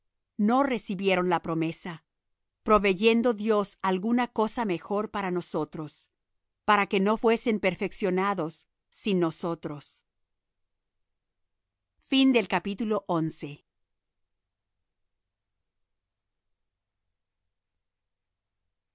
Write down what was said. no recibieron la promesa proveyendo dios alguna cosa mejor para nosotros para que no fuesen perfeccionados sin nosotros por